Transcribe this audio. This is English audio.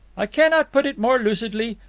i cannot put it more lucidly.